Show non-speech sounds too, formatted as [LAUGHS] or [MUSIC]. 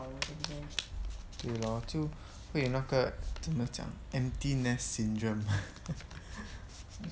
对 lor 就会那个怎么讲 empty nest syndrome [LAUGHS]